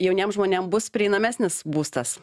jauniem žmonėm bus prieinamesnis būstas